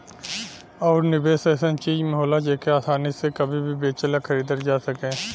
आउर निवेस ऐसन चीज में होला जेके आसानी से कभी भी बेचल या खरीदल जा सके